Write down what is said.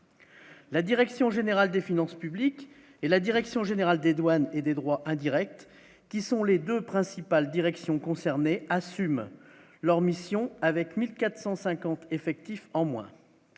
la direction générale des finances publiques et la direction générale des douanes et des droits indirects qui sont les 2 principales directions concernées assument leur mission avec 1450 effectifs en moins,